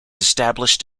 established